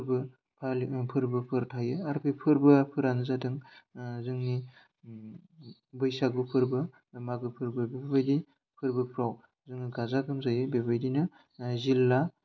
फोरबो फालि फोरबोफोर थायो आरो बे फोरबोफोरानो जादों जोंनि बैसागु फोरबो मागो फोरबो बेफोरबायदि फोरबोफ्राव गाजा गोमजायै बेबायदिनो जिल्ला